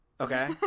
Okay